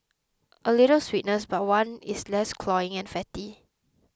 a little sweetness but one that is less cloying and fatty